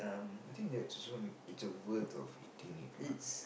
I think that's one it's a worth of eating it lah